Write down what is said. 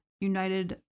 United